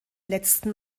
letzten